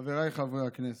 חבריי חברי הכנסת,